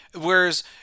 Whereas